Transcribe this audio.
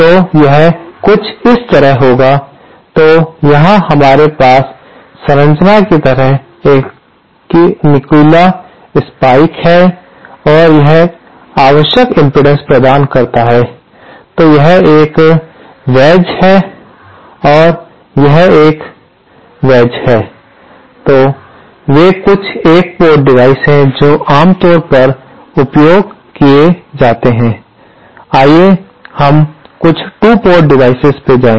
तो यह कुछ इस तरह होगा तो यहां हमारे पास संरचना की तरह एक नुकीला स्पाइक है और यह आवश्यक इम्पीडेन्स प्रदान करता है तो यह एक कील है और यह एक वैज है तो वे कुछ एक पोर्ट डिवाइस है जो आम तौर पर उपयोग किए जाते हैं आइए हम कुछ 2 पोर्ट डिवाइसेस पर जाएं